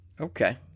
Okay